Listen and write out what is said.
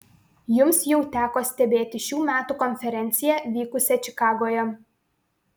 jums jau teko stebėti šių metų konferenciją vykusią čikagoje